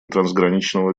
трансграничного